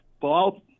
Paul